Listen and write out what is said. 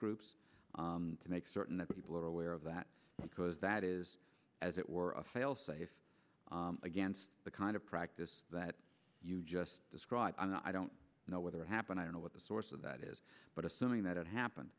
groups to make certain that people are aware of that because that is as it were a failsafe against the kind of practice that you just described and i don't know whether it happened i don't know what the source of that is but assuming that it happened